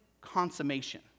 consummation